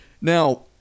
Now